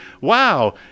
Wow